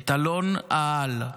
את אלון אהל,